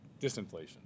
disinflation